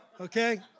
okay